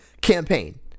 campaign